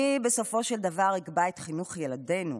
מי בסופו של דבר יקבע את חינוך ילדינו?